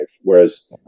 whereas